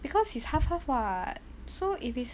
because he's half half [what]